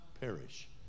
perish